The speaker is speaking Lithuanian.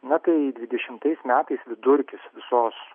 na tai dvidešimtais metais vidurkis visos